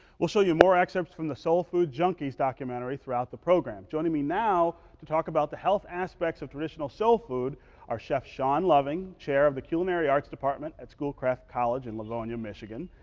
will show you more excerpts from the soul food junkies documentary throughout our program. joining me now to talk about the health aspects of traditional soul food are chef shawn loving, chair of the culinary arts department at schoolcraft college in livonia, michigan,